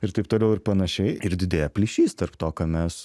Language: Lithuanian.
ir taip toliau ir panašiai ir didėja plyšys tarp to ką mes